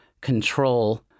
control